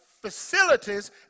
facilities